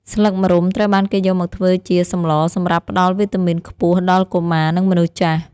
ស្លឹកម្រុំត្រូវបានគេយកមកធ្វើជាសម្លសម្រាប់ផ្តល់វីតាមីនខ្ពស់ដល់កុមារ និងមនុស្សចាស់។